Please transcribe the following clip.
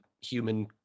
human